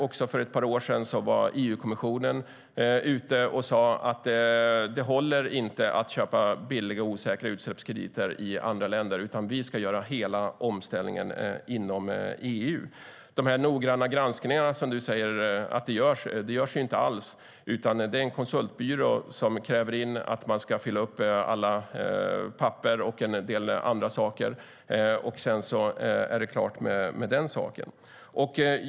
Också för ett par år sedan sa EU-kommissionen att det inte håller att köpa billiga och osäkra utsläppskrediter, utan EU ska göra hela omställningen inom EU. Johan Hultberg säger att det görs noggranna granskningar. Det görs det inte alls. En konsultbyrå kräver in ifyllda papper och annat, och sedan är det klart med den saken.